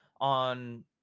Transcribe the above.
on